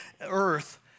earth